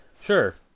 Sure